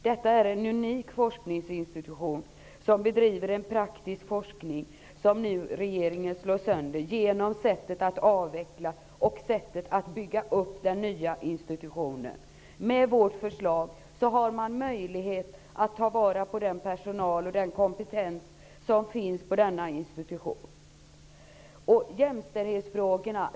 Detta är en unik forskningsinstitution som bedriver en praktisk forskning, vilken nu regeringen slår sönder genom sättet att avveckla och sättet att bygga upp den nya institutionen på. Med vårt förslag har man möjlighet att ta vara på den personal och den kompetens som finns på denna institution.